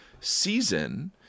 season